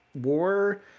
war